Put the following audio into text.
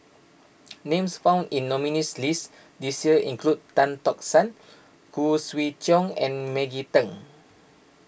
names found in the nominees' list this year include Tan Tock San Khoo Swee Chiow and Maggie Teng